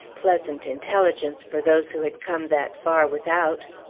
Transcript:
pleasant intelligence for those who had come that far without!